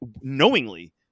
knowingly